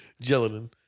Gelatin